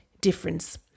difference